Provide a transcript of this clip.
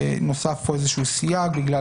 נוסף פה סייג בגלל